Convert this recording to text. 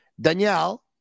Danielle